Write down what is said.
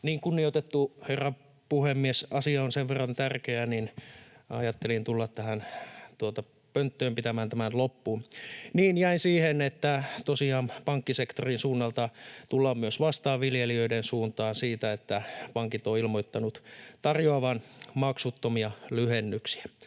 Kunnioitettu herra puhemies! Asia on sen verran tärkeä, että ajattelin tulla tähän pönttöön pitämään tämän loppuun. Jäin siihen, että tosiaan pankkisektorin suunnalta tullaan myös vastaan viljelijöiden suuntaan siitä, että pankit ovat ilmoittaneet tarjoavansa maksuttomia lyhennyksiä.